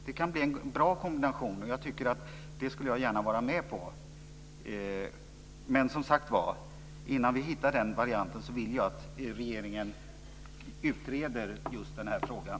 Det kan bli en bra kombination, som jag gärna skulle stödja, men innan vi provar den varianten vill jag att regeringen utreder frågan.